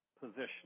position